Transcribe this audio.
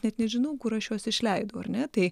net nežinau kur aš juos išleidau ar ne tai